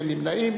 אין נמנעים.